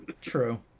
True